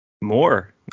More